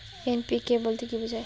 NPK বলতে কী বোঝায়?